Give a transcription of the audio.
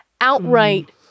outright